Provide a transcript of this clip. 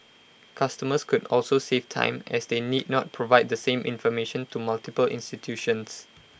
customers could also save time as they need not provide the same information to multiple institutions